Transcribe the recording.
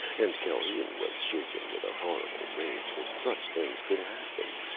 and calhoun was shaken with a horrible rage that such things could happen.